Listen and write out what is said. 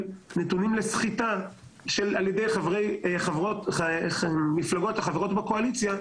נתונים לסחיטה על ידי מפלגות החברות בקואליציה,